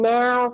now